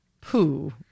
Pooh